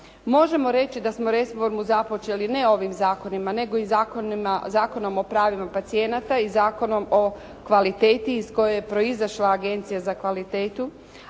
Možemo reći da smo reformu započeli ne ovim zakonima nego i zakonima, Zakonom o pravima pacijenata i Zakonom o kvaliteti iz koje je proizašla Agencija za kvalitetu